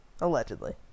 Allegedly